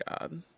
God